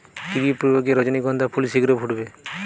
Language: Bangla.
কি প্রয়োগে রজনীগন্ধা ফুল শিঘ্র ফুটবে?